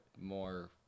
more